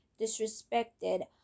disrespected